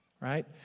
right